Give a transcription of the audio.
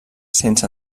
sense